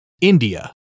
India